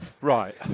Right